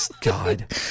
God